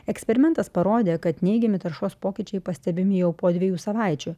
eksperimentas parodė kad neigiami taršos pokyčiai pastebimi jau po dviejų savaičių